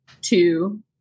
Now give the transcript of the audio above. two